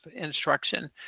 instruction